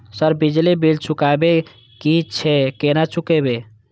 Sir बिजली bill चुकाबे की छे केना चुकेबे?